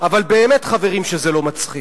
אבל באמת, חברים, שזה לא מצחיק.